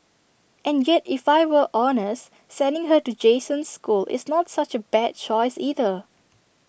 and yet if I were honest sending her to Jason's school is not such A bad choice either